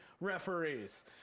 referees